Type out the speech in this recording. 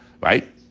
right